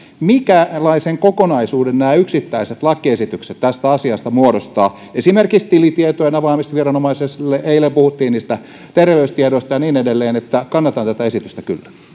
minkälaisen kokonaisuuden yksittäiset lakiesitykset tästä asiasta muodostavat esimerkiksi tilitietojen avaaminen viranomaiselle eilen puhuttiin terveystiedoista ja niin edelleen niin että kannatan tätä esitystä